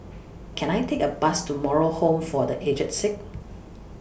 Can I Take A Bus to Moral Home For The Aged Sick